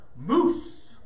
Moose